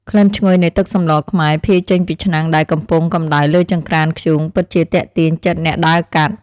ក្លិនឈ្ងុយនៃទឹកសម្លខ្មែរភាយចេញពីឆ្នាំងដែលកំពុងកម្តៅលើចង្ក្រានធ្យូងពិតជាទាក់ទាញចិត្តអ្នកដើរកាត់។